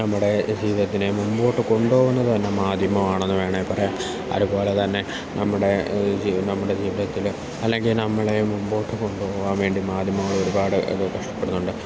നമ്മുടെ ജീവിതത്തിനെ മുൻപോട്ട് കൊണ്ടുപോകുന്നത് തന്നെ മാധ്യമമാണെന്ന് വേണമെങ്കിൽ പറയാം അതുപോലെത്തതന്നെ നമ്മുടെ ജി നമ്മുടെ ജീവിതത്തിൽ അല്ലെങ്കിൽ നമ്മളെ മുൻപോട്ട് കൊണ്ടുപോകാൻ വേണ്ടി മാധ്യമങ്ങൾ ഒരുപാട് ഇത് കഷ്ടപ്പെടുന്നുണ്ട്